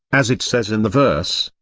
as it says in the verse,